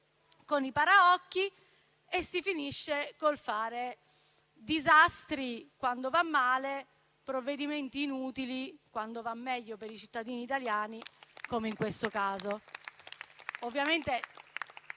con i paraocchi e si finisce col fare disastri quando va male, provvedimenti inutili quando va meglio per i cittadini italiani, come in questo caso.